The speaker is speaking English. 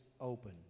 open